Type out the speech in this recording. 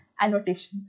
annotations